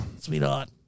Sweetheart